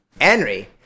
Henry